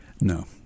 No